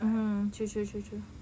mmhmm true true true true